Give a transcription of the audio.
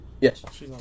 Yes